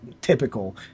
typical